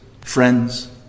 friends